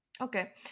Okay